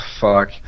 fuck